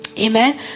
Amen